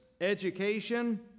education